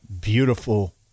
beautiful